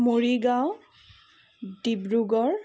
Morigaon Dibrugarh